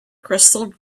crystal